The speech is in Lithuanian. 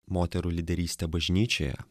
moterų lyderystę bažnyčioje